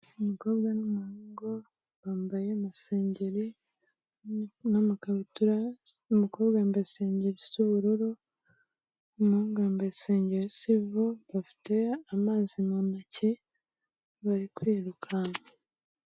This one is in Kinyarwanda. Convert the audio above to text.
Umukobwa n'umuhungu bambaye amasengeri n'amakabutura, umukobwa yambaye isengeri isa ubururu, umuhungu yambaye isengeri isa ubururu, bafite amazi mu ntoki, bari kwirukanka.